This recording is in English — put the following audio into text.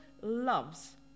loves